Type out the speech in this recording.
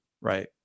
right